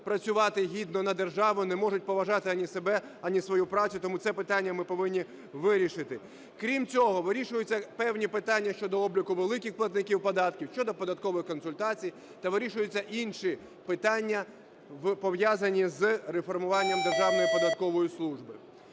працювати гідно на державу, не можуть поважати, ані себе, ані свою працю, тому це питання ми повинні вирішити. Крім цього, вирішуються певні питання щодо обліку великих платників податків, щодо податкових консультацій та вирішуються інші питання, пов'язані з реформування Державної податкової служби.